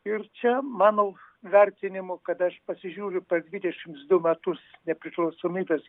ir čia mano vertinimu kada aš pasižiūriu po dvidešims du metus nepriklausomybės